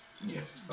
Yes